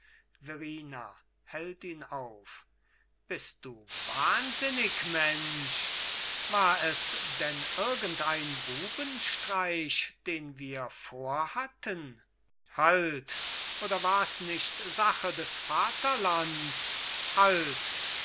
verrina hält ihn auf bist du wahnsinnig mensch war es denn irgendein bubenstreich den wir vorhatten halt oder wars nicht sache des vaterlands halt